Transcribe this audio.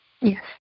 Yes